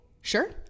Sure